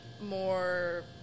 more